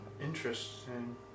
Interesting